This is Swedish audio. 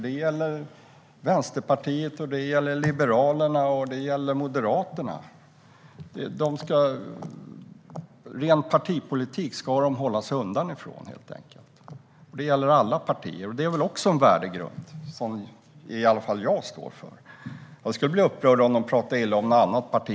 Det gäller även Vänsterpartiet, Liberalerna och Moderaterna. Ren partipolitik ska lärare helt enkelt hålla sig undan från, och det gäller alla partier. Det är väl också en värdegrund, som i alla fall jag står för. Jag skulle bli upprörd också om de talade illa om något annat parti.